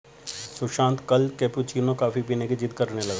सुशांत कल cappuccino coffee पीने की जिद्द करने लगा